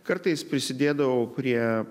kartais prisidėdavau prie